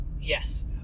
Yes